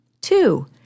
Two